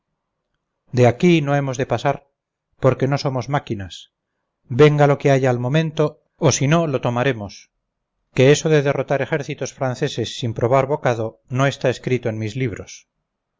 de aquí no hemos de pasar porque no somos máquinas venga lo que haya al momento o sino lo tomaremos que eso de derrotar ejércitos franceses sin probar bocado no está escrito en mis libros